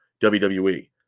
WWE